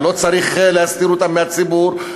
ולא צריך להסתיר אותם מהציבור,